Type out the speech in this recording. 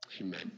Amen